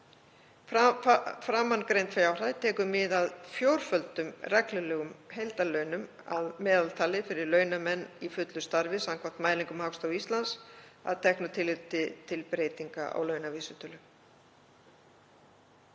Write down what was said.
Framangreind fjárhæð tekur mið af fjórföldum reglulegum heildarlaunum að meðaltali fyrir launamenn í fullu starfi samkvæmt mælingum Hagstofu Íslands, að teknu tilliti til breytinga á launavísitölu.